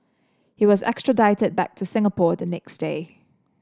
he was extradited back to Singapore the next day